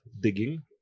digging